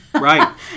right